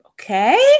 okay